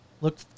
look